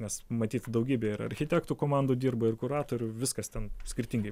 nes matyt daugybė ir architektų komandų dirba ir kuratorių viskas ten skirtingai